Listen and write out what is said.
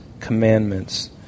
commandments